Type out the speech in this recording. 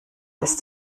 ist